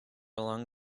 along